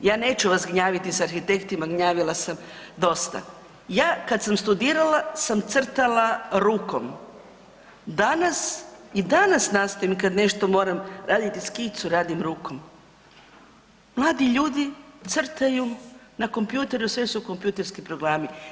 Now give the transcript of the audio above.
Ja neću vas gnjaviti s arhitektima, gnjavila sam dosta, ja kad sam studirala sam crtala rukom i danas nastavim kada nešto moram naraditi skicu radim rukom, mladi ljudi crtaju na kompjutoru, sve su kompjutorski programi.